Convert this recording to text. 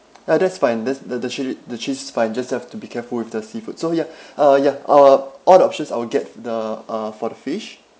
ya that's fine that's the the chilli the chilli's fine just have to be careful with the seafood so ya uh ya uh all the options I will get the uh for the fish